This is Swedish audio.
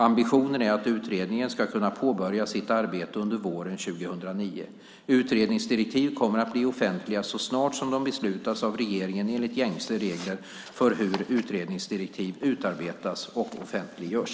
Ambitionen är att utredningen ska kunna påbörja sitt arbete under våren 2009. Utredningsdirektiv kommer att bli offentliga så snart som de beslutats av regeringen enligt gängse regler för hur utredningsdirektiv utarbetas och offentliggörs.